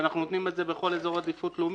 שאנחנו נותנים את זה בכל איזור עדיפות לאומית.